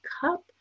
cup